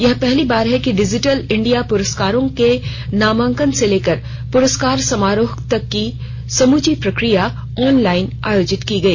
यह पहली बार है कि डिजिटल इंडिया पुरस्कारों की नामांकन से लेकर पुरस्कार समारोह तक की समूची प्रकिया ऑनलाइन आयोजित की गई